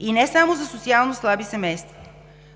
и не само за социално слабите семейства, а